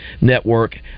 Network